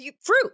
fruit